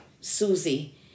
Susie